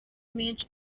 menshi